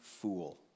fool